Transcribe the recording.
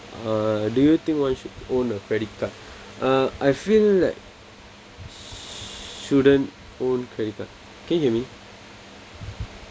uh do you think one should own a credit card uh I feel like shouldn't own credit card can you hear me